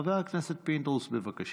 חבר הכנסת פינדרוס, בבקשה.